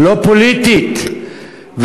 לא פוליטית.